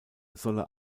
solle